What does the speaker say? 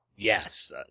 yes